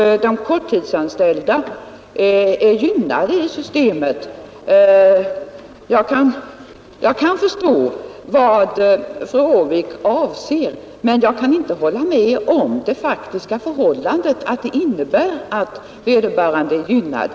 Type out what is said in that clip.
Jag kan förstå vad fru Håvik avser när hon säger att de korttidsanställda är gynnade, men jag kan inte hålla med om att de faktiska förhållandena skulle innebära att vederbörande är gynnade.